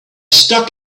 stuck